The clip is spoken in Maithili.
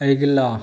अगिला